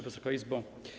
Wysoka Izbo!